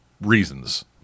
reasons